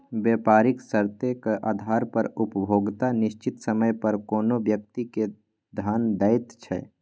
बेपारिक शर्तेक आधार पर उपभोक्ता निश्चित समय पर कोनो व्यक्ति केँ धन दैत छै